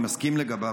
אני מסכים לגביו,